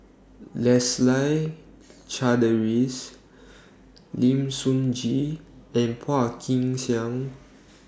Leslie Charteris Lim Sun Gee and Phua Kin Siang